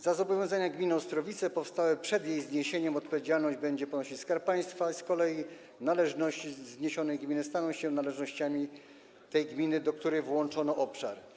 Za zobowiązania gminy Ostrowice powstałe przed jej zniesieniem odpowiedzialność będzie ponosił Skarb Państwa, z kolei należności zniesionej gminy staną się należnościami tej gminy, do której zostanie włączony obszar.